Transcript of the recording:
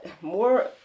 more